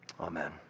Amen